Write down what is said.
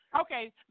Okay